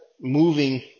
moving